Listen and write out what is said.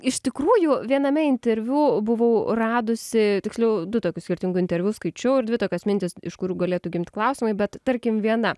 iš tikrųjų viename interviu buvau radusi tiksliau du tokius skirtingu interviu skaičiau ir dvi tokios mintys iš kurių galėtų gimt klausimai bet tarkim viena